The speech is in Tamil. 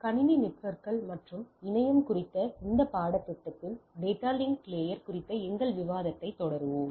கணினி நெட்வொர்க்குகள் மற்றும் இணையம் குறித்த இந்த பாடத்திட்டத்தில் டேட்டா லிங்க் லாயர் குறித்த எங்கள் விவாதத்தைத் தொடருவோம்